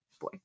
boy